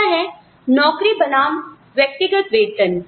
दूसरा है नौकरी बनाम व्यक्तिगत वेतन